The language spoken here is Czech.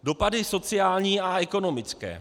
Dopady sociální a ekonomické.